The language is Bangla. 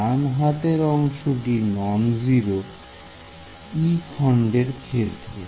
ডান হাতের অংশটি নন 0 e খন্ডের ক্ষেত্রে